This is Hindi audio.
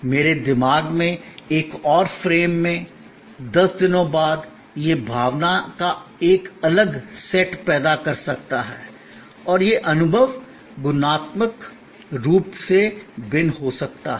मेरे दिमाग के एक और फ्रेम में 10 दिनों के बाद यह भावनाओं का एक अलग सेट पैदा कर सकता है और अनुभव गुणात्मक रूप से भिन्न हो सकता है